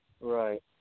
Right